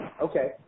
Okay